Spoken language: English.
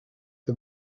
the